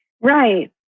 right